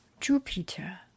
Jupiter